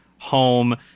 home